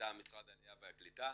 מטעם משרד העלייה והקליטה